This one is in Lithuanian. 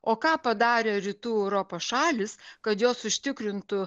o ką padarė rytų europos šalys kad jos užtikrintų